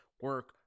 Work